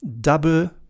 double